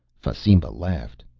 fasimba laughed.